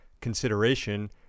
consideration